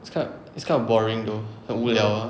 it's kind it's kind of boring though 很无聊 ah